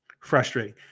Frustrating